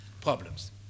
problems